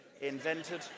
invented